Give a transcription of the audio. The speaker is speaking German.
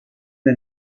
der